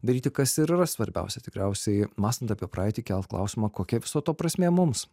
daryti kas ir yra svarbiausia tikriausiai mąstant apie praeitį kelt klausimą kokia viso to prasmė mums